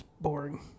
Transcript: Boring